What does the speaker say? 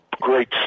great